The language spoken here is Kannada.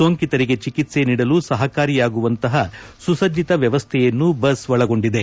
ಸೋಂಕಿತರಿಗೆ ಚಿಕಿತ್ಸೆ ನೀಡಲು ಸಹಕಾರಿಯಾಗುವಂತಹ ಸುಸಜ್ಜಿತ ವ್ಯವಸ್ವೆಯನ್ನು ಬಸ್ ಒಳಗೊಂಡಿದೆ